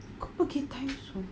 kau pergi Timezone